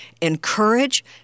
encourage